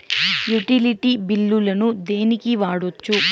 Utility బిల్లులను దేనికి వాడొచ్చు?